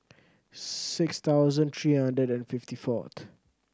six thousand three hundred and fifty fourth